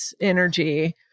energy